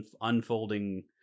unfolding